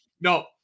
no